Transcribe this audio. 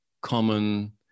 common